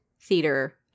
theater